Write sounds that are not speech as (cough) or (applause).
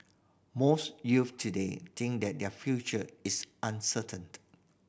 most youth today think that their future is uncertain (unintelligible)